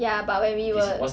ya but when we were